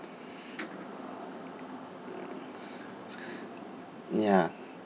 ya